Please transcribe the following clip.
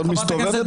עוד מסתובבת כאן?